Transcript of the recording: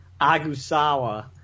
Agusawa